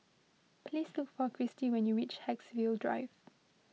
please look for Kristi when you reach Haigsville Drive